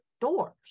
doors